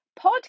PODCAST